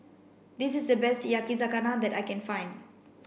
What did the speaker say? this is the best Yakizakana that I can find